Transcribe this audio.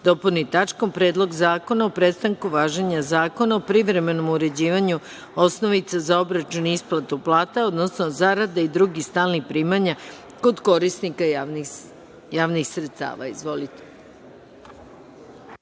dopuni tačkom – Predlog zakona o prestanku važenja Zakona o privremenom uređivanju osnovica za obračun i isplatu plata, odnosno zarada i drugih stalnih primanja kod korisnika javnih sredstava. Izvolite.